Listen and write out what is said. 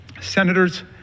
Senators